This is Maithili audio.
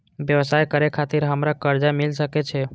व्यवसाय करे खातिर हमरा कर्जा मिल सके छे?